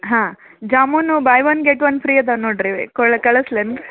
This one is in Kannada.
ಹಾಂ jamun buy one get one free ಅದಾವ ನೋಡಿರಿ ಕೊಳ್ಳ ಕಳಿಸ್ಲೇನು